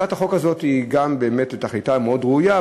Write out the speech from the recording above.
הצעת החוק הזאת באמת גם תכליתה מאוד ראויה,